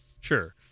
Sure